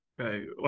Okay